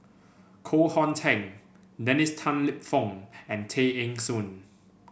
Koh Hong Teng Dennis Tan Lip Fong and Tay Eng Soon